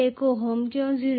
1 ohm ०